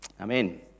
Amen